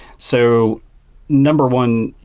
so number one,